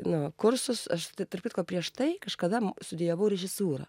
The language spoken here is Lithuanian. nu kursus aš tarp kitko prieš tai kažkada studijavau režisūrą